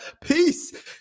peace